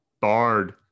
Bard